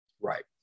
Right